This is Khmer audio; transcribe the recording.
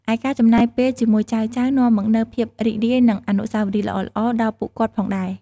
ឯការចំណាយពេលជាមួយចៅៗនាំមកនូវភាពរីករាយ និងអនុស្សាវរីយ៍ល្អៗដល់ពួកគាត់ផងដែរ។